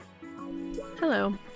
Hello